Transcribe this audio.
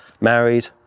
married